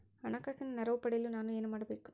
ಹಣಕಾಸಿನ ನೆರವು ಪಡೆಯಲು ನಾನು ಏನು ಮಾಡಬೇಕು?